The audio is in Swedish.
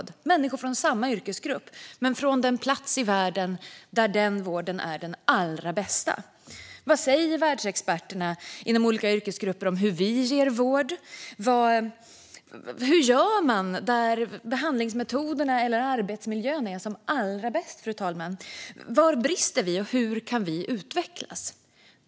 Det är människor från samma yrkesgrupp men från den plats i världen där vården i fråga är den allra bästa. Vad säger världsexperterna inom olika yrkesgrupper om hur vi ger vård? Hur gör man där behandlingsmetoderna eller arbetsmiljön är som allra bäst? Var brister vi? Hur kan vi utvecklas?